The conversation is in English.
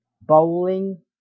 Bowling